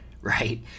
right